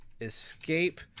escape